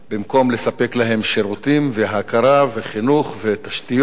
במקום לספק להם שירותים, והכרה, וחינוך, ותשתיות,